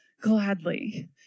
gladly